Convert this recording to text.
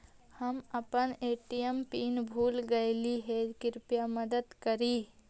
हम अपन ATM PIN भूल गईली हे, कृपया मदद करी